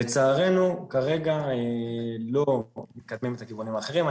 לצערנו, כרגע לא מקדמים את הכיוונים האחרים.